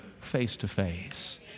face-to-face